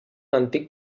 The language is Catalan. antic